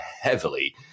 heavily